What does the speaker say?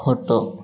ଖଟ